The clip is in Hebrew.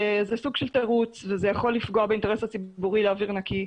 זה סוג של תירוץ וזה יכול לפגוע באינטרס הציבורי לאוויר נקי.